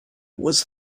was